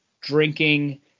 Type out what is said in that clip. Drinking